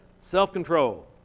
self-control